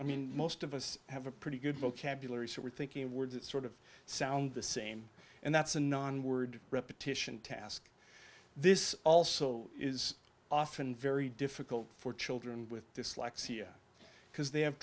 i mean most of us have a pretty good vocabulary so we're thinking of words that sort of sound the same and that's a non word repetition task this also is often very difficult for children with dyslexia because they have